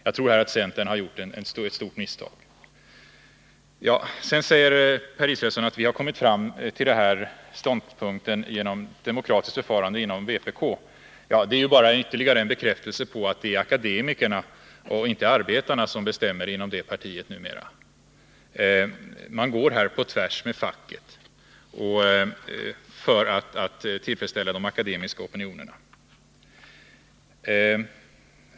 Jag tror att centern har gjort ett stort misstag. Per Israelsson säger att man kommit fram till denna ståndpunkt genom demokratiskt förfarande inom vpk. Ja, det är ju bara ytterligare en bekräftelse på att det är akademikerna och inte arbetarna som bestämmer inom det partiet numera. Man går här på tvärs mot facket för att tillfredsställa de akademiska opinionerna.